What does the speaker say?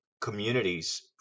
communities